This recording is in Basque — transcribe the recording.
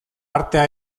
artea